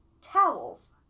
towels